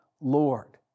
Lord